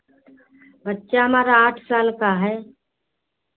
बच्चा हमारा आठ साल का है